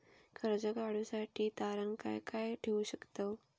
कर्ज काढूसाठी तारण काय काय ठेवू शकतव?